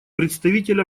представитель